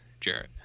Jarrett